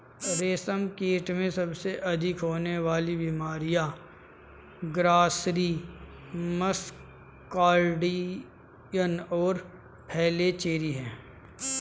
रेशमकीट में सबसे अधिक होने वाली बीमारियां ग्रासरी, मस्कार्डिन और फ्लैचेरी हैं